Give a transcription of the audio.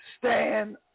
Stand